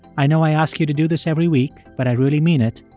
i know i ask you to do this every week, but i really mean it.